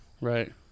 Right